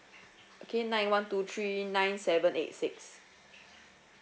okay nine one two three nine seven eight six